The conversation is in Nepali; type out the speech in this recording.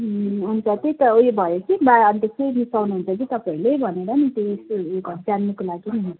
अँ अन्त त्यही त उयो भयो कि बा अन्त केही मिसाउनु हुन्छ कि तपाईँहरूले भनेर नि त्यही यसो जान्नुको लागि नि